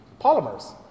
polymers